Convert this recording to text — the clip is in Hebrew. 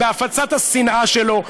בהפצת השנאה שלו,